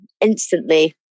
instantly